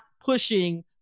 pushing